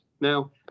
Now